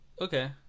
Okay